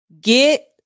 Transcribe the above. Get